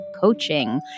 coaching